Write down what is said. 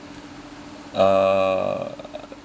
uh